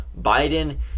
Biden